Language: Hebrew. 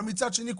מצד שני,